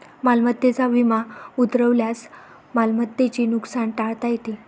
मालमत्तेचा विमा उतरवल्यास मालमत्तेचे नुकसान टाळता येते